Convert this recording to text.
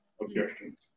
objections